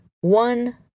one